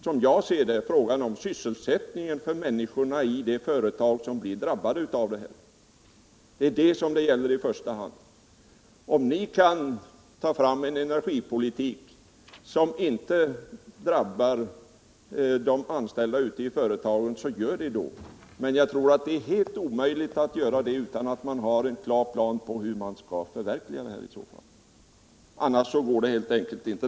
Som jag ser det handlar debatten om sysselsättningen för människorna i de företag som blir drabbade. Det är det som saken gäller i första hand. Om ni kan ta fram en energipolitik som inte drabbar de anställda ute i företagen, så gör det! Men jag tror att det är helt omöjligt att göra det utan att man har en plan över hur man skall förverkliga sin målsättning.